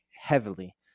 heavily